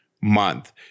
month